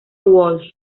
walsh